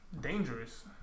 Dangerous